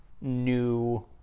new